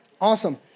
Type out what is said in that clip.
Awesome